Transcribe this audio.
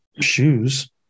shoes